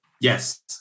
Yes